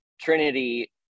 Trinity